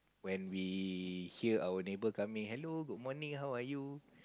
when we hear our neighbour coming hello good morning how are you